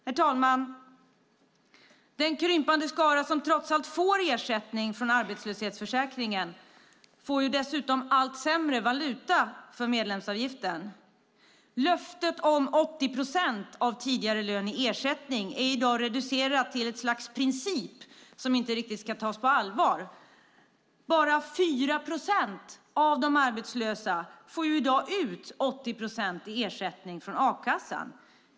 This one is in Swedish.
Herr talman! Den krympande skara som trots allt får ersättning från arbetslöshetsförsäkringen får dessutom allt sämre valuta för medlemsavgiften. Löftet om 80 procent av tidigare lön i ersättning är i dag reducerat till ett slags princip som inte riktigt ska tas på allvar. Bara 4 procent av de arbetslösa får i dag ut 80 procent i ersättning från a-kassan.